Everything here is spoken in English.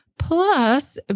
plus